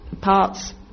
parts